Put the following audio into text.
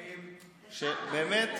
באמת,